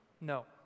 No